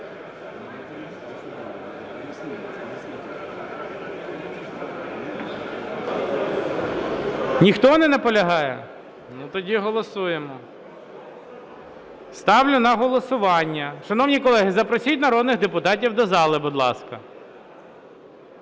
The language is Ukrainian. Ніхто не наполягає? Тоді голосуємо. Ставлю на голосування… Шановні колеги, запросіть народних депутатів до зали, будь ласка.